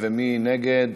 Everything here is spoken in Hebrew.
ומי נגד?